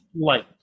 light